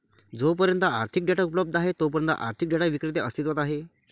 जोपर्यंत आर्थिक डेटा उपलब्ध आहे तोपर्यंत आर्थिक डेटा विक्रेते अस्तित्वात आहेत